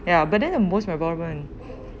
ya but then the most memorable [one]